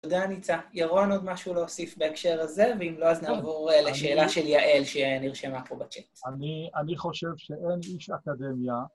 תודה, ניצה. ירון עוד משהו להוסיף בהקשר הזה, ואם לא, אז נעבור לשאלה של יעל, שנרשמה פה בצ'אט. אני אני חושב שאין איש אקדמיה...